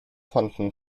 fanden